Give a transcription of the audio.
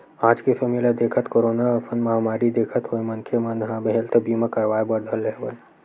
आज के समे ल देखत, कोरोना असन महामारी देखत होय मनखे मन ह हेल्थ बीमा करवाय बर धर ले हवय